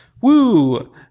Woo